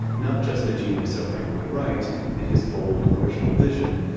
not just the genius of frank lloyd wright and his bold, original vision,